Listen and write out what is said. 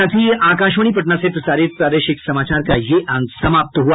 इसके साथ ही आकाशवाणी पटना से प्रसारित प्रादेशिक समाचार का ये अंक समाप्त हुआ